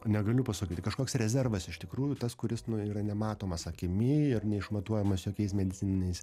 negaliu pasakyti kažkoks rezervas iš tikrųjų tas kuris nu yra nematomas akimi ar neišmatuojamas jokiais medicininiais